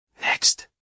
Next